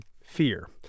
fear